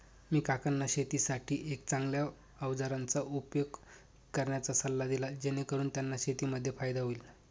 मी काकांना शेतीसाठी एक चांगल्या अवजारांचा उपयोग करण्याचा सल्ला दिला, जेणेकरून त्यांना शेतीमध्ये फायदा होईल